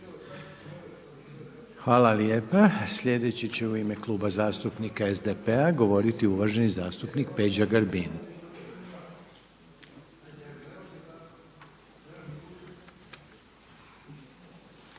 Hvala lijepa. Sljedeći će u ime Kluba zastupnika SDP-a govoriti uvaženi zastupnik Peđa Grbin.